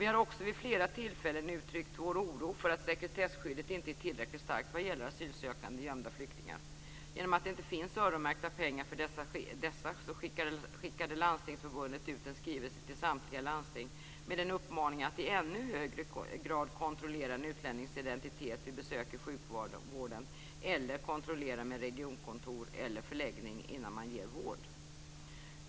Vi har också vid flera tillfällen uttryckt vår oro för att sekretesskyddet inte är tillräckligt starkt vad gäller asylsökande gömda flyktingar. Genom att det inte finns öronmärkta pengar för dessa, skickade Landstingsförbundet ut en skrivelse till samtliga landsting med en uppmaning att i ännu högre grad kontrollera en utlännings identitet vid besök i sjukvården eller kontrollera med regionkontor eller förläggning innan man ger vård.